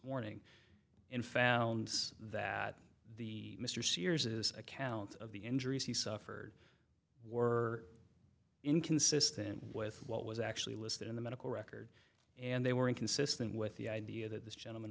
morning and found that the mr sears is accounts of the injuries he suffered were inconsistent with what was actually listed in the medical record and they were inconsistent with the idea that this gentleman